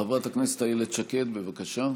חברת הכנסת איילת שקד, בבקשה,